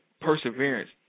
perseverance